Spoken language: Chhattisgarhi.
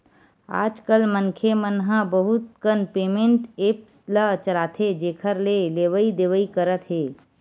आजकल मनखे मन ह बहुत कन पेमेंट ऐप्स ल चलाथे जेखर ले लेवइ देवइ करत हे